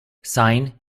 sine